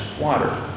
water